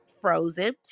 frozen